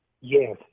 Yes